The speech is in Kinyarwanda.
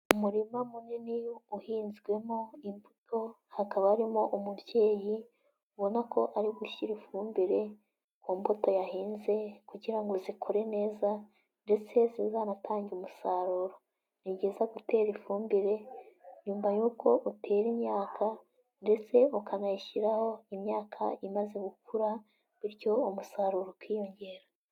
Umurima munini uhinzwemo imbuto, hakaba harimo umubyeyi ubona ko ari gushyira ifumbire ku mbuto yahinze kugira ngo zikore neza ndetse zizanatange umusaruro, ni byiza gutera ifumbire nyuma y'uko utera imyaka ndetse ukanayishyiraho imyaka imaze gukura, bityo umusaruro ukiyongera.